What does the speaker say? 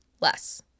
less